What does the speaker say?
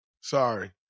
Sorry